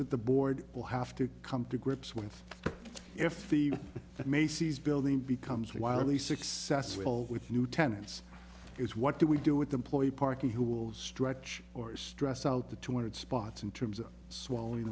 that the board will have to come to grips with if the macy's building becomes wildly successful with new tenants is what do we do with employee parking who will stretch or stress out the two hundred spots in terms of swallowing